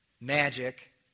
magic